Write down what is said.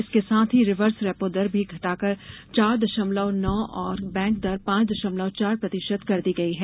इसके साथ ही रिवर्स रेपो दर भी घटाकर चार दशमलव नौ और बैंक दर पांच दशमलव चार प्रतिशत कर दी गई है